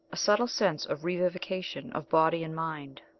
a subtle sense of revivification of body and mind.